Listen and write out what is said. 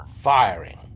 Firing